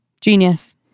Genius